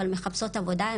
אבל מחפשות עבודה,